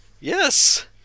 Yes